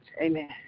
Amen